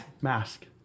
mask